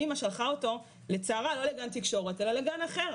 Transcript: האמא שלחה אותו לצערה לא לגן תקשורת אלא לגן אחר,